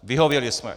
Vyhověli jsme.